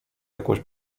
jakąś